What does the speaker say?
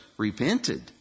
repented